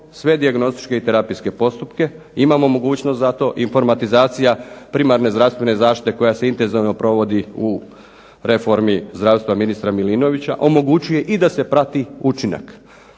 sve dijagnostičke i terapijske postupke. Imamo mogućnost za to. Informatizacija privatne zdravstvene zaštite koja se intenzivno provodi u reformi zdravstva ministra Milinovića omogućuje i da se prati učinak.